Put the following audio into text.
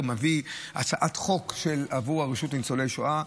מביאים הצעת חוק עבור הרשות לניצולי שואה.